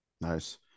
Nice